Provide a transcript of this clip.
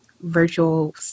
virtual